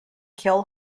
kill